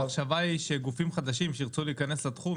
לא המחשבה היא שגופים חדשים שירצו להיכנס לתחום,